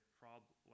problem